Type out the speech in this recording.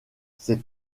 c’est